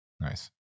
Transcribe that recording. Nice